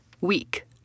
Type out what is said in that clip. weak